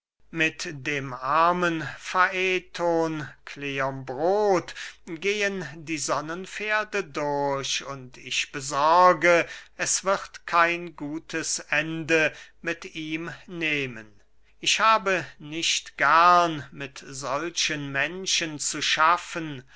mit dem armen faethon kleombrot gehen die sonnenpferde durch und ich besorge es wird kein gutes ende mit ihm nehmen ich habe nicht gern mit solchen menschen zu schaffen